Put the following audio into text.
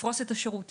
לפרוס את השירותים,